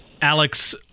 Alex